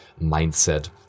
mindset